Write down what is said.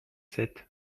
sept